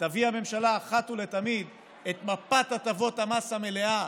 תביא הממשלה אחת ולתמיד את מפת הטבות המס המלאה,